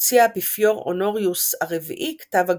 הוציא האפיפיור הונוריוס הרביעי כתב הגנה.